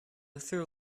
through